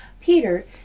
Peter